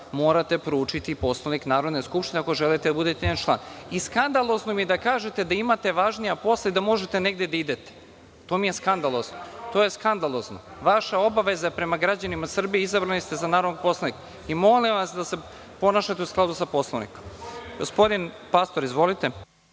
Morate proučiti Poslovnik Narodne skupštine ako želite da budete njen član. Skandalozno mi je da kažete da imate važnija posla i da možete negde da idete. To je skandalozno. To je vaša obaveza prema građanima Srbije. Izabrani ste za narodnog poslanika. Molim vas da se ponašate u skladu sa Poslovnikom.(Zaharije